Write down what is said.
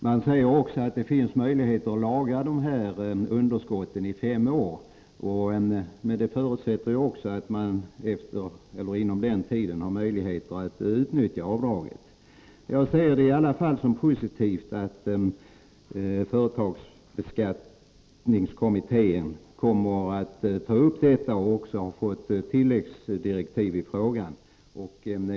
Det anförs också att det finns möjligheter att lagra underskotten i fem år, men detta förutsätter att man kan utnyttja avdraget under den tiden. Jag ser det i alla fall som positivt att företagsbeskattningskommittén kommer att ta upp detta och har fått tilläggsdirektiv i frågan.